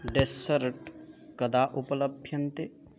dessert कदा उपलभ्यन्ते